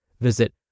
Visit